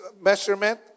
measurement